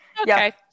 Okay